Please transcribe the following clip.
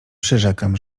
przyrzekam